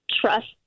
trust